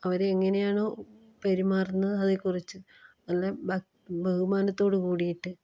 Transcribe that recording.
അവർ എങ്ങനെയാണോ പെരുമാറുന്നത് അതേക്കുറിച്ച് നല്ല ബഹുമാനത്തോടു കൂടിയിട്ട്